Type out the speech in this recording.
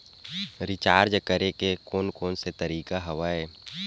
Recharge करे के कोन कोन से तरीका हवय?